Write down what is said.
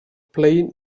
plain